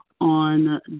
on